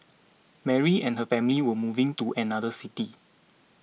Mary and her family were moving to another city